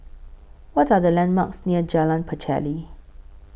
What Are The landmarks near Jalan Pacheli